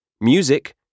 Music